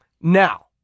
Now